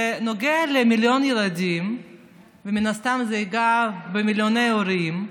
זה נוגע למיליון ילדים ומן הסתם זה ייגע במיליוני הורים,